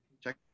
check